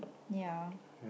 ya